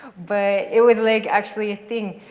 but it was like actually a thing.